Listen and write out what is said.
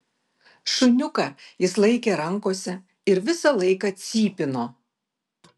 šuniuką jis laikė rankose ir visą laiką cypino